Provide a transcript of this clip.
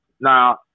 Now